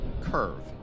Curve